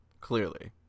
Clearly